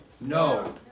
No